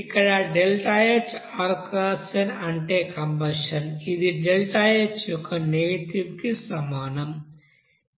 ఇక్కడ ΔHrxn అంటే కంబషన్ ఇది ΔH యొక్క నెగెటివ్ కి సమానంగా ఉంటుంది